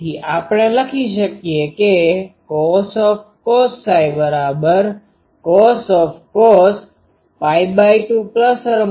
તેથી આપણે લખી શકીએ કે cos cos 2ΔΨ છે